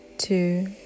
two